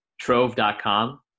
Trove.com